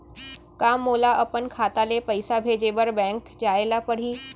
का मोला अपन खाता ले पइसा भेजे बर बैंक जाय ल परही?